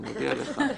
אני מודיע לך.